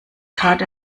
tat